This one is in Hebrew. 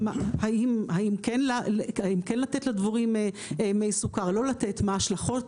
האם כן לתת לדבורים מי סוכר, לא לתת, מה ההשלכות.